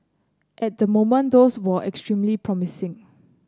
at the moment these are extremely promising